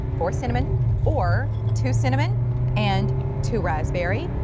four cinnamon or two cinnamon and two raspberry,